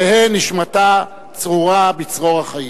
תהא נשמתה צרורה בצרור החיים.